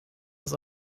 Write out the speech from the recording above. das